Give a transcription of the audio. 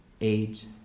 Age